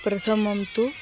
प्रथमं तु